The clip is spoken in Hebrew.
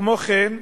כמו כן,